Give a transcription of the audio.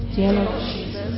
Jesus